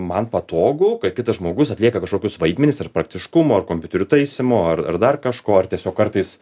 man patogu kad kitas žmogus atlieka kažkokius vaidmenis ir praktiškumu ar kompiuterių taisymu ar ar dar kažkuo ar tiesiog kartais